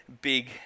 big